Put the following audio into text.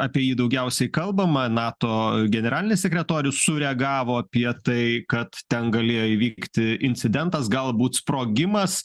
apie jį daugiausiai kalbama nato generalinis sekretorius sureagavo apie tai kad ten galėjo įvykti incidentas galbūt sprogimas